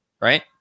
Right